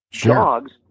Dogs